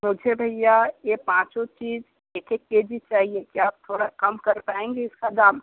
मुझे भैया ये पाँचों चीज़ एक एक के जी चाहिए क्या आप थोड़ा कम कर पाएंगे इसका दाम